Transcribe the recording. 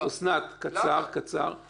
בבקשה.